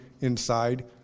inside